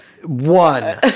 One